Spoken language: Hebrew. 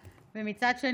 עתיד",